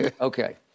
Okay